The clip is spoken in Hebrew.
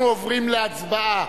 אנחנו עוברים להצבעה.